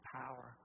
power